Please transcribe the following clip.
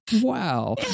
Wow